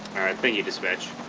thank you dispatch